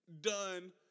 done